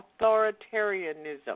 authoritarianism